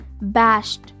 bashed